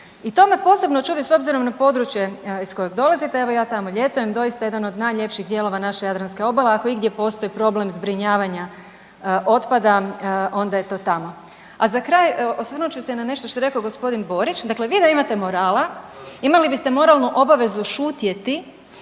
i to me posebno čudi s obzirom na područje iz kojeg dolazite. Evo, ja tamo ljetujem, doista jedan od najljepših dijelova naše jadranske obale, ako igdje postoji problem zbrinjavanja otpada, onda je to tamo. A za kraj, osvrnut ću se na nešto što je rekao i g. Borić, dakle vi da imate morala, imali biste moralnu obavezu šutjeti